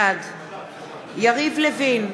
בעד יריב לוין,